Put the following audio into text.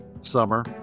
Summer